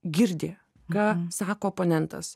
girdi ką sako oponentas